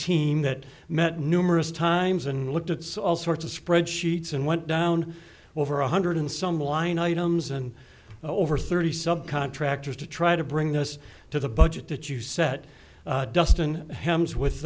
team that met numerous times and looked at all sorts of spreadsheets and went down over one hundred some line items and over thirty subcontractors to try to bring this to the budget that you set dustin hems with